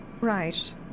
Right